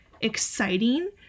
exciting